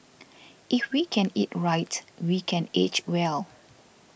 if we can eat right we can age well